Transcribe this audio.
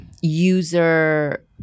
user